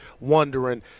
wondering